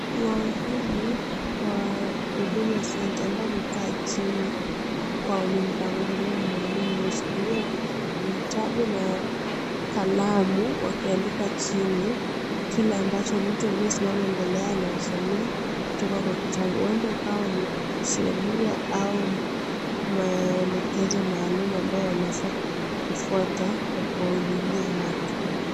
Wahudumu wa huduma centre ambao wamekaa chini kwa mpangilio maalum wameshikilia vitabu na kalamu wakiandika chini kile ambacho mtu aliyesimama mbele yao anawasomea kutoka kwa kitabu. Huenda ikawa ni sheria au maelekezo maalum ambayo wanafaa kufuata kwa kuwahudumia watu.